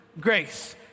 grace